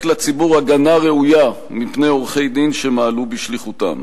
לציבור הגנה ראויה מפני עורכי-דין שמעלו בשליחותם.